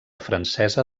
francesa